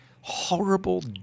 horrible